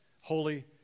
Holy